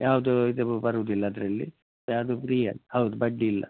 ಯಾವುದು ಇದು ಬರುವುದಿಲ್ಲ ಅದರಲ್ಲಿ ಅದು ಫ್ರೀ ಹೌದು ಬಡ್ಡಿ ಇಲ್ಲ